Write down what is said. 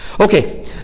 Okay